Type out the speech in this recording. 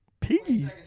Piggy